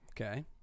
Okay